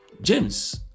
James